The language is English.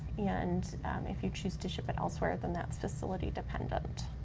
and if you choose to ship it elsewhere then that's facility-dependent.